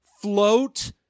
float